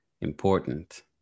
important